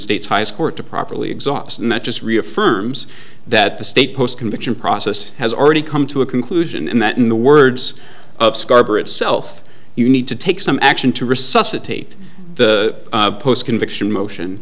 state's highest court to properly exhaust and that just reaffirms that the stay post conviction process has already come to a conclusion and that in the words of scarboro itself you need to take some action to resuscitate the post conviction motion